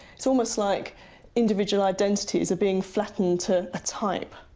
it's almost like individual identities are being flattened to a type.